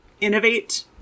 innovate